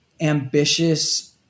ambitious